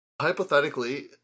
hypothetically